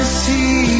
see